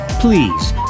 please